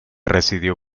residió